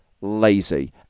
lazy